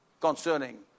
concerning